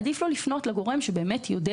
עדיף לו לפנות לגורם שבאמת יודע